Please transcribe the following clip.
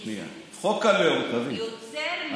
השר אמסלם, תקשיב טוב.